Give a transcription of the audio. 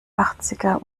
achtziger